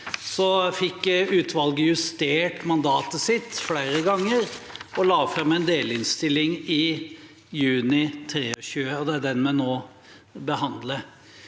Så fikk utvalget justert mandatet sitt flere ganger og la fram en delinnstilling i juni 2023. Det er den vi nå behandler.